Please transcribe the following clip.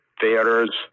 theaters